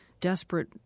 desperate